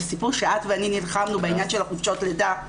בסיפור שאת ואני נלחמנו בעניין חופשות הלידה,